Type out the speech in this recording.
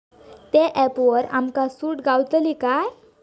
त्या ऍपवर आमका सूट गावतली काय?